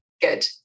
Good